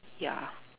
ya